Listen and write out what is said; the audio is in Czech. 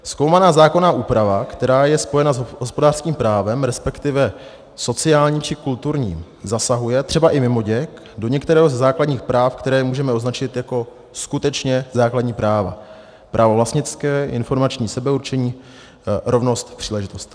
Zkoumaná zákonná úprava, která je spojena s hospodářským právem resp. sociálním či kulturním, zasahuje třeba i mimoděk do některého ze základních práv, které můžeme označit jako skutečně základní práva právo vlastnické, informační sebeurčení, rovnost v příležitostech.